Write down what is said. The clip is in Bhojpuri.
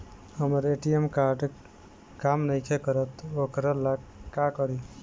हमर ए.टी.एम कार्ड काम नईखे करत वोकरा ला का करी?